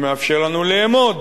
שמאפשר לנו לאמוד